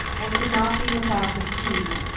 and could not be without, the seed,